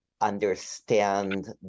understand